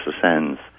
ascends